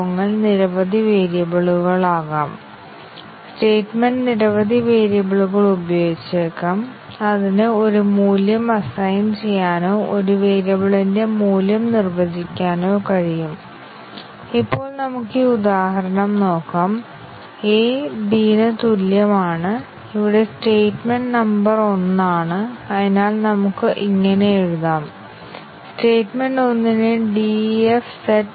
ഇപ്പോൾ അഞ്ച് വരികളോ ഏഴ് വരികളോ ഉള്ള ഒരു ചെറിയ പ്രോഗ്രാം നൽകിയാൽ കൺട്രോൾ ഫ്ലോ ഗ്രാഫ് പരിശോധിച്ചുകൊണ്ട് നമുക്ക് ലിനെയാർലി ഇൻഡിപെൻഡെന്റ് ആയ പാത്തുകളെ തിരിച്ചറിയാൻ കഴിയും പക്ഷേ പ്രോഗ്രാമിൽ 20 അല്ലെങ്കിൽ 30 നോഡുകളും 50 എഡ്ജ്കളും ഉണ്ടെങ്കിൽ അത് വളരെ സങ്കീർണ്ണമാകും ഗ്രാഫിലൂടെ നോക്കാനും ലിനെയാർലി ഇൻഡിപെൻഡെന്റ് ആയ പാത്തുകൾ എന്താണെന്ന് കണ്ടെത്താനും